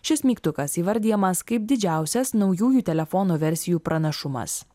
šis mygtukas įvardijamas kaip didžiausias naujųjų telefonų versijų pranašumas